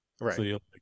right